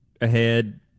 ahead